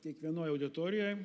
kiekvienoj auditorijoj